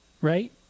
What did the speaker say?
Right